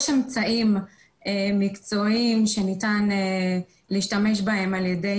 יש אמצעים מקצועיים שניתן להשתמש בהם על ידי